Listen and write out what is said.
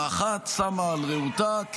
האחת שמה על רעותה,